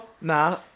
Nah